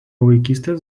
vaikystės